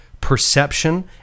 perception